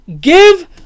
give